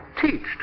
teached